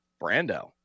brando